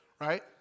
right